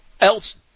else